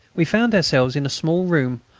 we found ourselves in a small room,